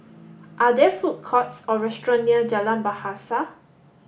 are there food courts or restaurants near Jalan Bahasa